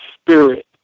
spirit